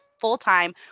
full-time